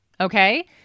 okay